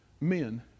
men